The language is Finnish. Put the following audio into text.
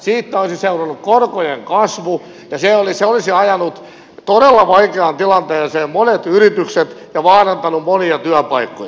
siitä olisi seurannut korkojen kasvu ja se olisi ajanut todella vaikeaan tilanteeseen monet yritykset ja vaarantanut monia työpaikkoja